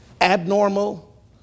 abnormal